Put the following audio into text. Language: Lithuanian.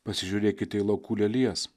pasižiūrėkite į laukų lelijas